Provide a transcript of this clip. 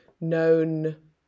known